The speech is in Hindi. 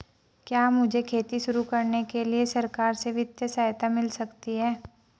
क्या मुझे खेती शुरू करने के लिए सरकार से वित्तीय सहायता मिल सकती है?